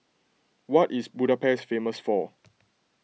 what is Budapest famous for